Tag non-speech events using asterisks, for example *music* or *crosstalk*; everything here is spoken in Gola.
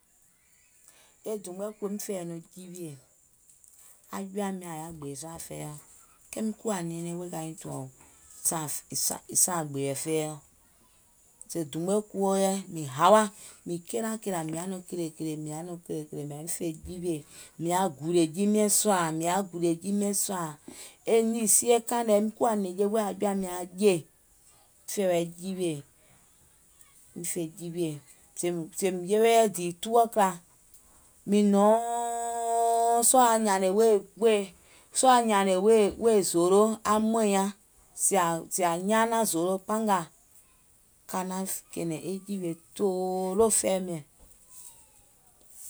E dùùm mɔɛ kuwo fè yɛi nɔŋ jiwiè, aŋ jɔ̀àim nyàŋ yaà gbèè sùà fɛiɔ̀, kèèim kuwa nɛɛnɛŋ wèè ka nyiŋ tùàŋ sààŋ sààŋ sààŋ gbèe fɛiɔ̀, sèè dùùm mɔɛ kuwo yɛi mìŋ hawà, mìŋ kilakìlà, mìŋ yaà nɔŋ kilèkìlè mìŋ yaà nɔŋ kìlèkìlè mìŋ yaȧ nɔŋ kìlèkìlè miŋ fè jiwièè, mìŋ yaà gùlìè jii miɛ̀ŋ sùà, mìŋ yaà gùlìè jii miɛ̀ŋ sùà. E nìì sie kàìŋ nɛ miŋ kuwà nɛ̀ŋje wèè aŋ jɔ̀àim nyȧŋ aŋ jè miŋ fè yɛi jiwiè, sèèìm yewe yɛi dìì two o clock, mìŋ nɔ̀ɔɔɔŋ sɔɔ̀ aŋ nyàànè wèè *unintelligible* zòòlo, aŋ mɔ̀ìŋ nyaŋ, sèè àŋ nyaanàŋ zòòlo pangàà, ka naàŋ kɛ̀ɛ̀nɛ̀ŋ e jìwiè tòòloò e fɛɛ̀ miìŋ.